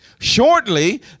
Shortly